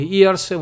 Years